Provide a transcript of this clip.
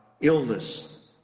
illness